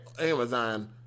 Amazon